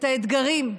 את האתגרים,